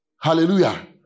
Hallelujah